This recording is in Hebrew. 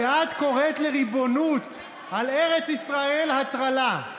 שאת קוראת לריבונות על ארץ ישראל "הטרלה".